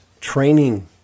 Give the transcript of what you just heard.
training